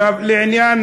לעניין